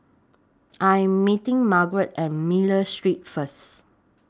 I Am meeting Margrett At Miller Street First